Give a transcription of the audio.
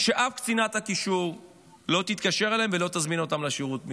שאף קצינת קישור לא תתקשר אליהם ולא תזמין אותם לשירות מילואים.